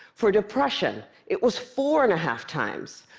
for depression, it was four and a half times.